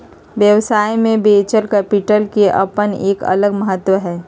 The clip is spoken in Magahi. व्यवसाय में वेंचर कैपिटल के अपन एक अलग महत्व हई